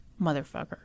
Motherfucker